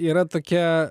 yra tokia